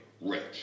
rich